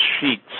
sheets